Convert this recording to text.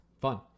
Fun